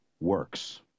works